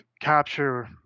capture